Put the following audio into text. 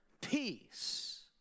peace